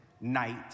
night